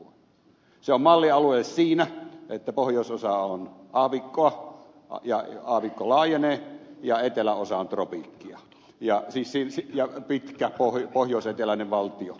se on mallialue siinä että pohjoisosa on aavikkoa ja aavikko laajenee ja eteläosa on tropiikkia ja se on pitkä pohjoiseteläinen valtio